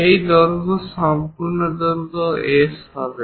এই দৈর্ঘ্য সম্পূর্ণ দৈর্ঘ্য S হবে